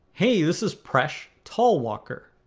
hey, this is presh talwalkar